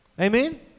Amen